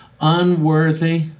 unworthy